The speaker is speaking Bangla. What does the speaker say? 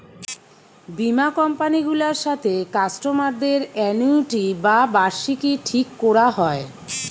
বীমা কোম্পানি গুলার সাথে কাস্টমারদের অ্যানুইটি বা বার্ষিকী ঠিক কোরা হয়